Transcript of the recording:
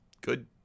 good